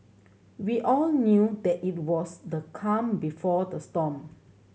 we all knew that it was the calm before the storm